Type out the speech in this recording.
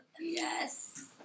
Yes